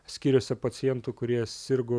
skyriuose pacientų kurie sirgo